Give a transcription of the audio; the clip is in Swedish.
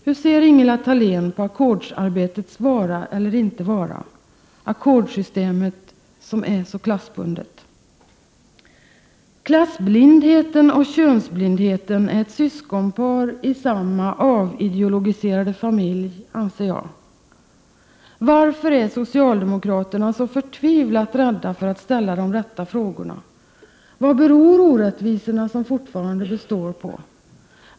Hur ser Ingela Thalén på ackordsarbetets vara eller icke vara — ackordssystemet som är så klassbundet? Klassblindheten och könsblindheten är ett syskonpar i samma avideologiserade familj, anser jag. Varför är ni socialdemokrater så förtvivlat rädda för att ställa de rätta frågorna? Vad beror orättvisorna som fortfarande finns på?